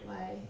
why